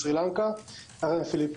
סרי לנקה והפיליפינים,